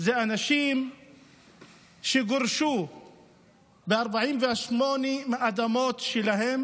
אלה אנשים שגורשו ב-48' מהאדמות שלהם